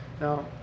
now